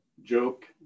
joke